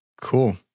Cool